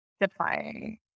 defying